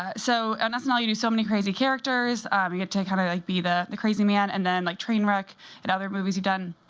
on so and snl you do so many crazy characters. you get to kind of like be the the crazy man, and then like trainwreck and other movies you done,